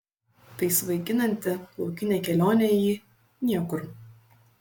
tai svaiginanti laukinė kelionė į niekur